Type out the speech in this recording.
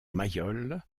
mayol